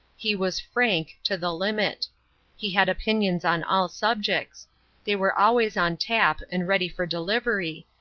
he was frank, to the limit he had opinions on all subjects they were always on tap and ready for delivery,